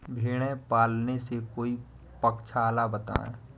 भेड़े पालने से कोई पक्षाला बताएं?